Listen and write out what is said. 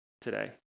today